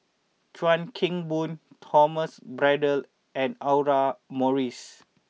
Chuan Keng Boon Thomas Braddell and Audra Morrice